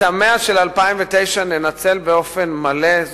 את ה-100 של 2009 ננצל באופן מלא.